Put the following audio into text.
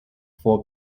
for